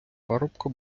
парубка